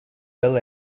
bel